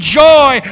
joy